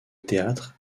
théâtre